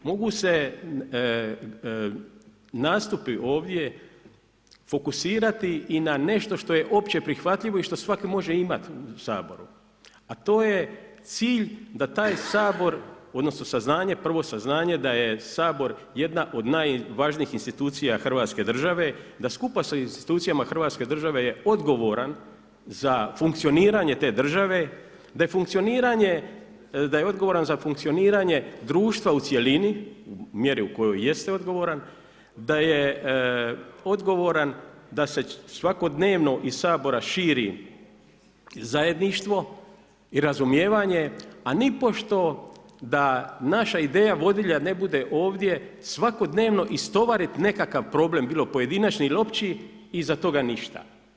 Mogu se nastupi ovdje fokusirati i na nešto što je opće prihvatljivo i što svatko može imati u Saboru a to je cilj da taj Sabor, odnosno saznanje, prvo saznanje da je Sabor jedna od najvažnijih institucija Hrvatske države, da skupa sa institucijama Hrvatske države je odgovoran za funkcioniranje te države, da je funkcioniranje, da je odgovoran za funkcioniranje društva u cjelini, mjere u kojima jeste odgovoran, da je odgovoran da se svakodnevno iz Sabora širi zajedništvo i razumijevanje a nipošto da naša ideja vodilja ne bude ovdje svakodnevno istovariti nekakav problem, bilo pojedinačni ili opći i iza toga ništa.